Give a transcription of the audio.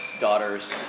daughter's